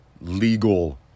legal